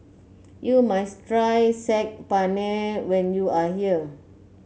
you must try Saag Paneer when you are here